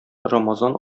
рамазан